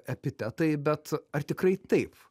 epitetai bet ar tikrai taip